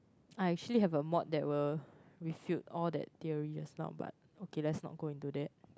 I actually have a mod that will refute all that theory just now but okay let's not go into that